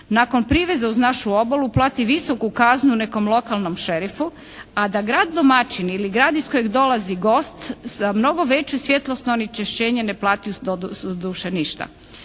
nakon priveza uz našu obalu plati visoku kaznu nekom lokalnom šerifu, a da grad domaćin ili grad iz kojeg dolazi gost za mnogo veće svjetlosno onečišćenje ne plati doduše ništa.